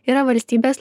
yra valstybės